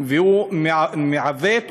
והוא מעַוות ומעֻוות.